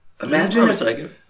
Imagine